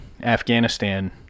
Afghanistan